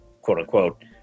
quote-unquote